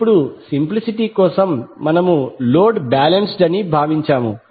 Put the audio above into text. ఇప్పుడు సింప్లిసిటీ కోసం మనము లోడ్ బాలెన్స్డ్ అని భావించాము